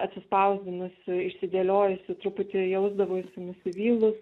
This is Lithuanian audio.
atsispausdinusi išsidėliojusi truputį jausdavausi nusivylus